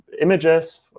images